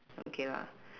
okay lah